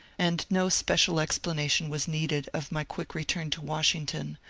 and no special explanation was needed of my quick return to washington,